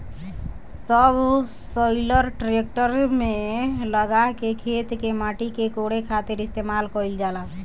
subsoiler tractor में लगा के खेत के माटी के कोड़े खातिर इस्तेमाल कईल जाला